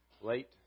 late